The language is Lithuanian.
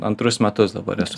antrus metus dabar esu